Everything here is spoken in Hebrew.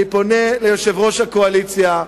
אני פונה אל יושב-ראש הקואליציה,